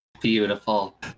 Beautiful